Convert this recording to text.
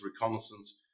reconnaissance